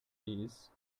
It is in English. these